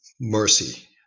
mercy